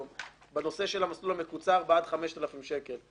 בנושא של המסלול המקוצר עד 5,000 שקל.